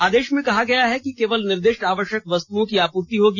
आदेश में कहा गया है केवल निर्दिष्ट आवश्यक वस्तुओं की आपूर्ति होगी